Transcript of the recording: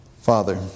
Father